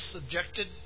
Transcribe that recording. subjected